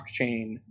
blockchain